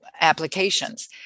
applications